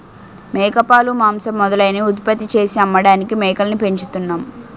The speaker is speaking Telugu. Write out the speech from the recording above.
మేకపాలు, మాంసం మొదలైనవి ఉత్పత్తి చేసి అమ్మడానికి మేకల్ని పెంచుతున్నాం